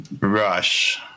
Rush